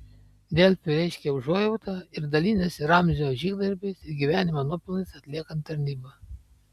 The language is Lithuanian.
delfi reiškia užuojautą ir dalinasi ramzio žygdarbiais ir gyvenimo nuopelnais atliekant tarnybą